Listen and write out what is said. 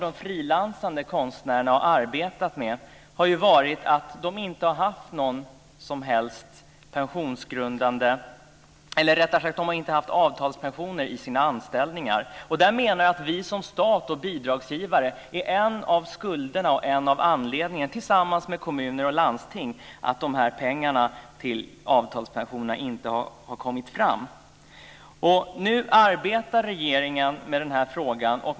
De frilansande konstnärerna har inte haft några avtalspensioner i sina anställningar. Skulden för att pengar till avtalspensioner inte har kommit fram ligger hos staten som bidragsgivare tillsammans med kommuner och landsting. Nu arbetar regeringen med den här frågan.